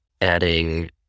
adding